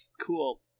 Cool